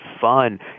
fun